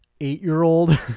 Eight-year-old